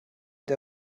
der